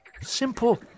simple